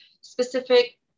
specific